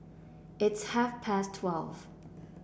its half past twelve